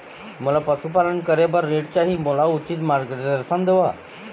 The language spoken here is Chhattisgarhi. मोला पशुपालन करे बर ऋण चाही, मोला उचित मार्गदर्शन देव?